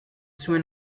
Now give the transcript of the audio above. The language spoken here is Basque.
zuen